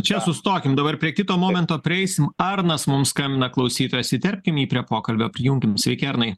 čia sustokim dabar prie kito momento prieisim arnas mums skambina klausytojas įterpkim jį prie pokalbio prijunkim sveiki arnai